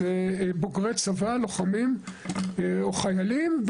אז זה בוגרי צבא לוחמים או חיילים,